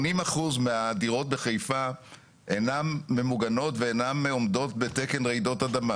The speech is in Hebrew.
80% מהדירות בחיפה אינן ממוגנות ואינן עומדת בתקן רעידת אדמה.